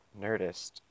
Nerdist